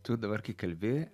tu dabar kai kalbi